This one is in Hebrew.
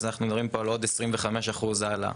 אז אנחנו מדברים פה על עוד 25% העלאה